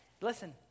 listen